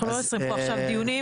אנחנו לא נעשה פה עכשיו דיונים.